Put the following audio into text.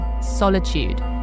solitude